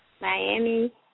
Miami